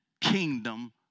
kingdom